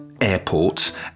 airports